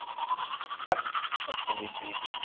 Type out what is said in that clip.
भक्क बदतमीज़ कहीं के